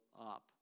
up